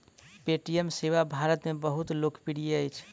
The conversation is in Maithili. पे.टी.एम सेवा भारत में बहुत लोकप्रिय अछि